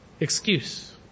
Excuse